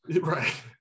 Right